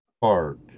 Park